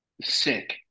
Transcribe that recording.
sick